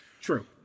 True